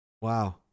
Wow